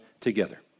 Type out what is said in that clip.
together